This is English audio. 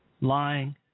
Lying